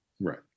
Right